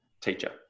teacher